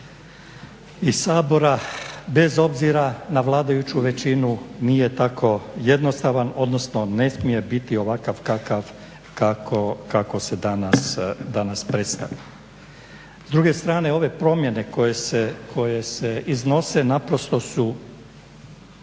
i Sabora bez obzira na vladajuću većinu nije tako jednostavan, odnosno ne smije biti ovakav kako se danas predstavlja. S druge strane, ove promjene koje se iznose naprosto su